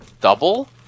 double